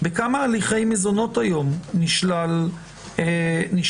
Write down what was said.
בכמה הליכי מזונות היום נשלל הרישיון?